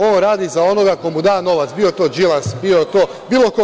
On radi za onoga ko mu da novac, bio to Đilas, bio to bilo ko.